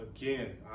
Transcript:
again